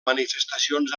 manifestacions